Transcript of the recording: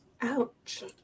Ouch